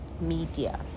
media